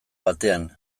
batean